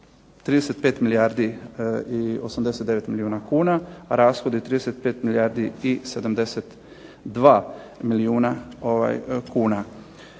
35 milijardi i 89 milijuna kuna, a rashodi 35 milijardi i 72 milijuna kuna.